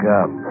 up